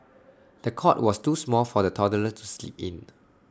the cot was too small for the toddler to sleep in